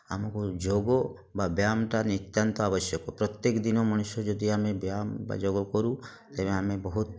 ଆମକୁ ଯୋଗ ବା ବ୍ୟାୟମଟା ନିତ୍ୟାନ୍ତ ଆବଶ୍ୟକ ପ୍ରତ୍ୟେକ ଦିନ ମଣିଷ ଯଦି ଆମେ ବ୍ୟାୟମ ବା ଯୋଗ କରୁ ତେବେ ଆମେ ବହୁତ